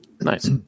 Nice